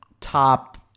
top